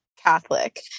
Catholic